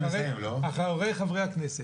אחרי חברי הכנסת.